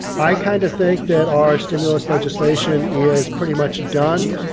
i kind of think that our stimulus legislation is pretty much done.